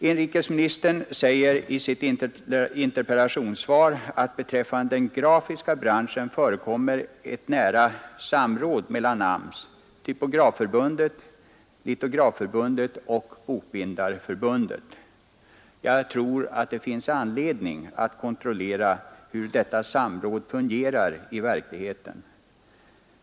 Inrikesministern säger i sitt interpellationssvar beträffande den grafiska branschen att det förekommer ett nära samråd mellan AMS, Typografförbundet, Litografförbundet och Bokbindareförbundet. Jag tror att det finns skäl att kontrollera hur detta samråd fungerar i verkligheten.